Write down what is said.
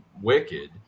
wicked